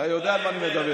אתה יודע על מה אני מדבר.